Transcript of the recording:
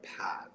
path